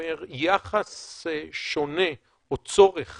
יחס שונה או צורך